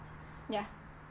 ya